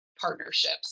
partnerships